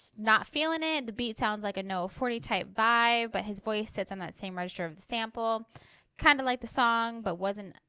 not feeling it the beat sounds like a no forty type vibe but his voice sits on that same register of the sample kind of like the song but wasn't